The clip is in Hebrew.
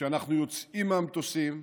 כשאנחנו יוצאים מהמטוסים,